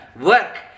work